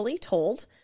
told